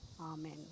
Amen